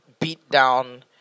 beat-down